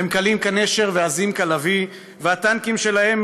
// והם קלים כנשר ועזים כלביא / והטנקים שלהם,